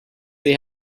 they